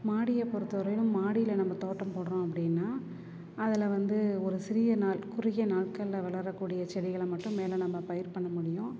மாடியை பொறுத்த வரையிலும் மாடியில் நம்ம தோட்டம் போடுறோம் அப்படின்னா அதில் வந்து ஒரு சிறிய நாள் குறுகிய நாட்கள்ல வளரக்கூடிய செடிகளை மட்டும் மேலே நம்ம பயிர் பண்ண முடியும்